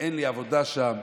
אין לי עבודה שם,